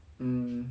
um